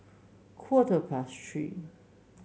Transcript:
quarter past Three